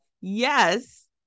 Yes